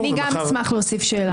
גם אני אשמח להוסיף שאלה.